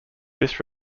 this